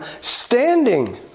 standing